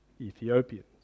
Ethiopians